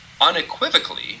unequivocally